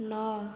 ନଅ